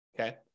okay